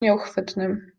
nieuchwytnym